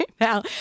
now